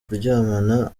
kuryamana